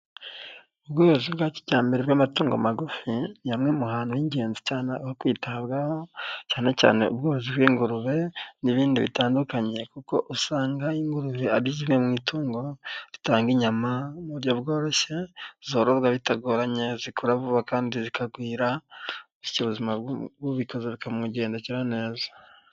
Ubwozi bwa kijyambere bw'amatungo magufi ni nya imwe mu hantu h'ingenzi cyane ho kwitabwaho cyane cyane ubworozi bw'ingurube n'ibindi bitandukanye kuko usanga ingurube ari zimwe mu itungo zitanga inyama mu buryo bworoshye, zororoka mu buryo butagoranye zikura vuba kandi zikagwira, ubuzima bikaza bikamugendakera neza.